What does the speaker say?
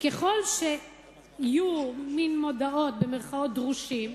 ככל שיהיו מין מודעות "דרושים",